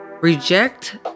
Reject